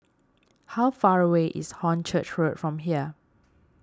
how far away is Hornchurch Road from here